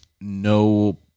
no